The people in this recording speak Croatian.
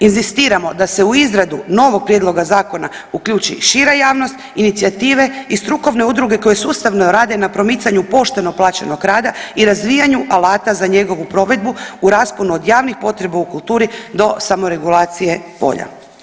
Inzistiramo da se u izradu novog prijedloga zakona uključi i šira javnost, inicijative i strukovne udruge koje sustavno rade na promicanju pošteno plaćenog rada i razvijanju alata za njegovu provedbu u rasponu od javnih potreba u kulturi do samoregulacije polja.